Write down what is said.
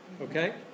Okay